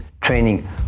training